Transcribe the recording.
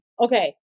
Okay